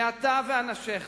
ואתה ואנשיך